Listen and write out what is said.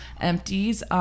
empties